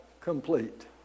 complete